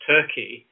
Turkey